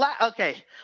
okay